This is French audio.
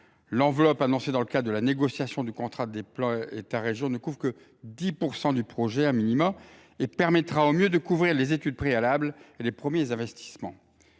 L’enveloppe annoncée dans le cadre de la négociation du contrat de plan État région ne couvre,, que 10 % du projet. Elle permettra au mieux de couvrir les études préalables et les premiers investissements.